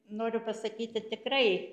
noriu pasakyti tikrai